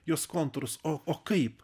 jos kontūrus o o kaip